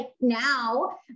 now